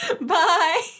bye